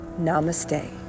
Namaste